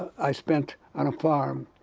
i spent on a farm.